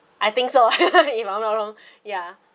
I think so if I'm not wrong ya